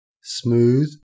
Smooth